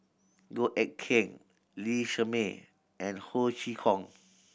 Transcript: Goh Eck Kheng Lee Shermay and Ho Chee Kong